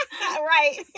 Right